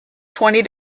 twenty